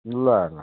ल ल